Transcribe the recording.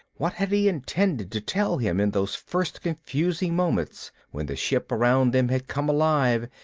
what had he intended to tell him, in those first confusing moments when the ship around them had come alive,